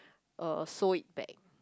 uh sow it back